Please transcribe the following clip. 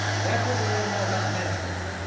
that's what we don't know about mentoring,